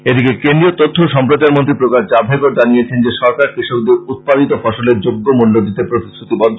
এদিকে কেন্দ্রীয় তথ্য ও সম্প্রচার মন্ত্রী প্রকাশ জাভড়েকর জানিয়েছেন যে সরকার কৃষকদেরকে উৎপাদিত ফসলের যোগ্য মূল্য দিতে প্রতিশ্রুতিবদ্ধ